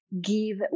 give